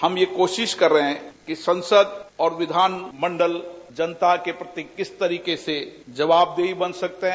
हम कोशिश कर रहे हैं कि संसद और विधानमंडल जनता के प्रति किस तरीके से जवाबदेही बन सकते हैं